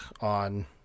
on